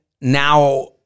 now